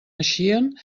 eixien